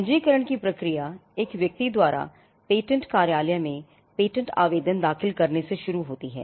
पंजीकरण की प्रक्रिया एक व्यक्ति द्वारा पेटेंट कार्यालय में पेटेंट आवेदन दाखिल करने से शुरू होती है